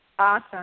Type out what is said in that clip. Awesome